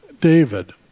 David